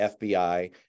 FBI